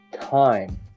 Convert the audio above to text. time